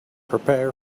prepare